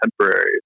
temporary